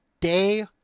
day